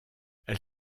elle